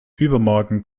übermorgen